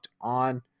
on